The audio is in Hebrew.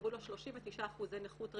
קבעו לה 39% נכות רפואית,